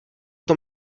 tom